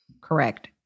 Correct